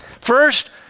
first